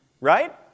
Right